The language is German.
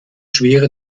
schwere